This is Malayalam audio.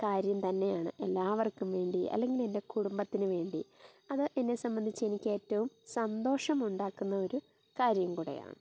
കാര്യം തന്നെയാണ് എല്ലാവർക്കും വേണ്ടി അല്ലെങ്കിൽ എൻ്റെ കുടുംബത്തിന് വേണ്ടി അത് എന്നെ സംബന്ധിച്ച് എനിക്ക് ഏറ്റവും സന്തോഷം ഉണ്ടാക്കുന്ന ഒരു കാര്യം കൂടെയാണ്